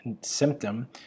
symptom